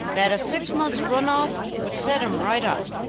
that a six months' run off would set him right up,